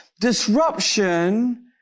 Disruption